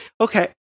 Okay